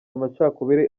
amacakubiri